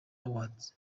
awards